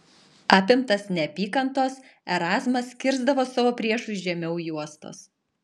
apimtas neapykantos erazmas kirsdavo savo priešui žemiau juostos